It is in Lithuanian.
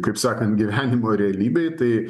kaip sakant gyvenimo realybėj tai